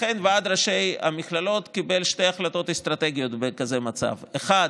לכן ועד ראשי המכללות קיבל שתי החלטות אסטרטגיות בכזה מצב: האחת,